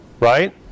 right